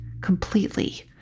completely